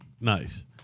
Nice